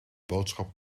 boodschap